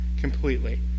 completely